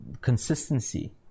consistency